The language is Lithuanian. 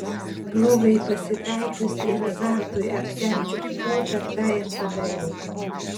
progai pasitaikius ir azartui aptemdžius protą tą ir padariau